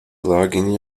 logging